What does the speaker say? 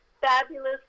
fabulous